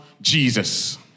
Jesus